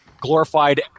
glorified